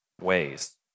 ways